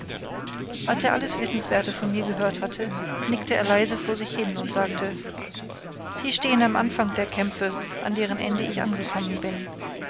als er alles wissenswerte von mir gehört hatte nickte er leise vor sich hin und sagte sie stehen am anfange der kämpfe an deren ende ich angekommen bin